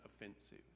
offensive